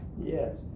Yes